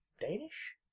Danish